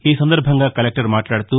ఈసందర్భంగా కలెక్టర్ మాట్లాదుతూ